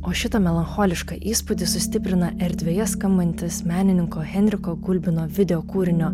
o šitą melancholišką įspūdį sustiprina erdvėje skambantis menininko henriko gulbino videokūrinio